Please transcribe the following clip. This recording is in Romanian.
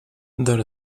dar